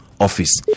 office